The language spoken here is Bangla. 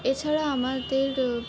এছাড়া আমাদের